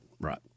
Right